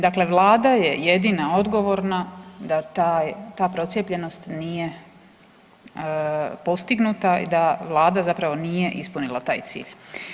Dakle, Vlada je jedina odgovorna da ta procijepljenost nije postignuta i da Vlada nije ispunila taj cilj.